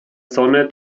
sonne